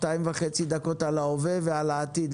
שתי דקות וחצי על ההווה ועל העתיד.